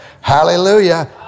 Hallelujah